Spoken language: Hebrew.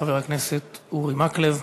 חבר הכנסת אורי מקלב.